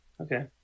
Okay